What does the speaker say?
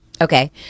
Okay